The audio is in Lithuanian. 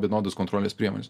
vienodas kontrolines priemones